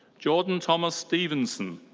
jordan thomas stevenson.